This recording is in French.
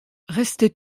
restez